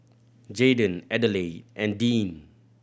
Jaden Adelaide and Deane